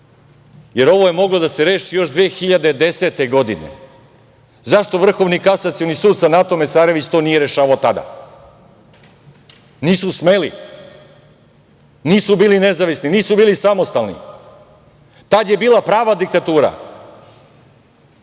jer ovo je moglo da se reši još 2010. godine.Zašto Vrhovni kasacioni sud sa Natom Mesarević to nije rešavao tada? Nisu smeli, nisu bili nezavisni, nisu bili samostalni. Tad je bila prava diktatura.